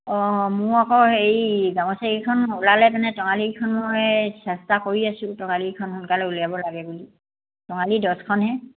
অঁ মোৰ আকৌ হেৰি গামোতাকেইখন ওলালে তেনে টঙালীকেইখন সেই চেষ্টা কৰি আছোঁ টঙালীখন সোনকালে উলিয়াব লাগে বুলি টঙালী দহখনহে